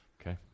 okay